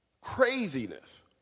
craziness